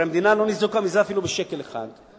הרי המדינה לא ניזוקה מזה אפילו בשקל אחד.